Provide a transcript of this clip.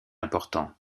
important